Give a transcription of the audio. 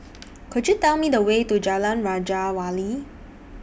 Could YOU Tell Me The Way to Jalan Raja Wali